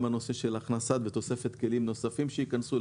גם הכנסת ותוספת כלים נוספים שייכנסו.